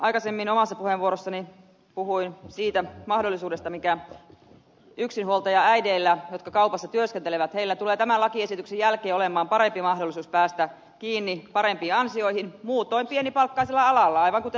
aikaisemmin omassa puheenvuorossani puhuin siitä että yksinhuoltajaäideillä jotka kaupassa työskentelevät tulee tämän lakiesityksen jälkeen olemaan parempi mahdollisuus päästä kiinni parempiin ansioihin muutoin pienipalkkaisella alalla aivan kuten ed